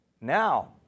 Now